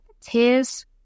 Tears